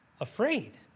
afraid